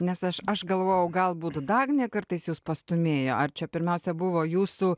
nes aš aš galvojau galbūt dagnė kartais jus pastūmėjo ar čia pirmiausia buvo jūsų